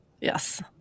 Yes